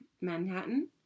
Manhattan